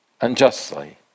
unjustly